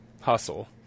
hustle